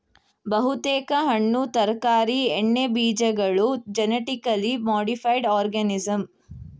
ಬಹುತೇಕ ಹಣ್ಣು ತರಕಾರಿ ಎಣ್ಣೆಬೀಜಗಳು ಜೆನಿಟಿಕಲಿ ಮಾಡಿಫೈಡ್ ಆರ್ಗನಿಸಂ